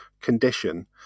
condition